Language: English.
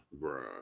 Bruh